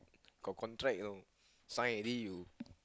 got contract you know sign already you